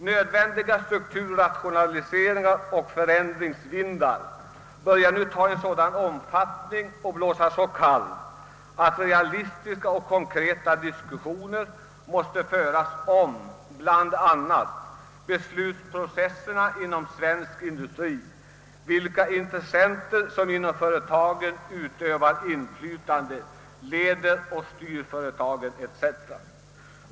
Nödvändiga strukturrationaliseringsoch förändringsvindar börjar nu ta sådan omfattning och blåsa så kallt att realistiska och konkreta diskussioner måste föras om bl.a. beslutsprocesserna inom svensk industri, om vilka intressen det är som inom företagen utövar inflytande, leder och styr företaget etc.